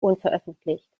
unveröffentlicht